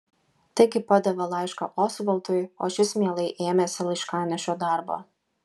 taigi padavė laišką osvaldui o šis mielai ėmėsi laiškanešio darbo